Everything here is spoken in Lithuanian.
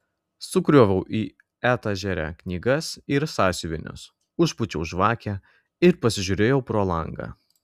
sukroviau į etažerę knygas ir sąsiuvinius užpūčiau žvakę ir pasižiūrėjau pro langą